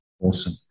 Awesome